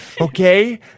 Okay